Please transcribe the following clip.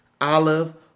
olive